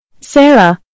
Sarah